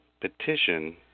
petition